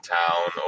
town